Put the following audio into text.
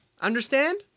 Understand